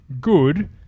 good